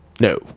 No